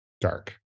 Dark